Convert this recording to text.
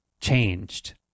changed